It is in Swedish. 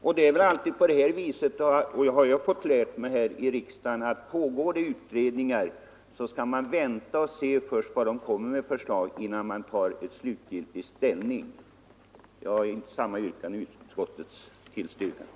Jag har i riksdagen fått lära mig att man alltid skall vänta och se vilka förslag pågående utredningar kommer med innan man tar slutgiltig ställning. Jag vidhåller mitt yrkande om bifall till utskottets hemställan.